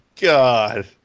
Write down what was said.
God